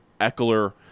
Eckler